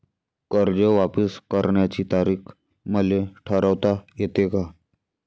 कर्ज वापिस करण्याची तारीख मले ठरवता येते का?